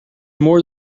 more